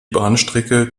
bahnstrecke